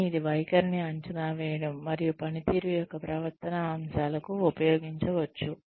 కానీ ఇది వైఖరిని అంచనా వేయడం మరియు పనితీరు యొక్క ప్రవర్తనా అంశాలకు ఉపయోగించవచ్చు